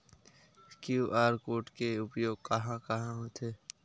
QR code के उपयोग कहां कहां होथे?